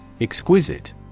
Exquisite